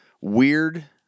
weird